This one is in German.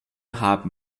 haben